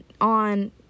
on